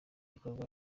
bikorwa